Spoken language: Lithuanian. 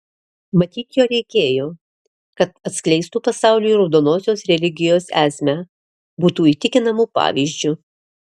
matyt jo reikėjo kad atskleistų pasauliui raudonosios religijos esmę būtų įtikinamu pavyzdžiu